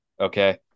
Okay